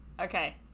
okay